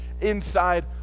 inside